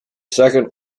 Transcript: second